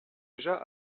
déjà